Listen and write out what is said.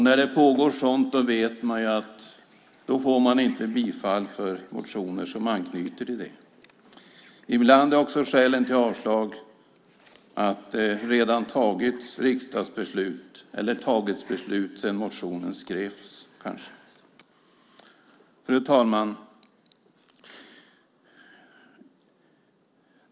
När det pågår sådant arbete vet man att man inte får bifall till motioner som anknyter till det. Ibland är också skälen till avslag att det redan har fattats beslut sedan motionen väcktes. Fru talman!